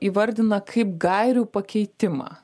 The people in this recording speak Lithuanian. įvardina kaip gairių pakeitimą